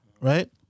right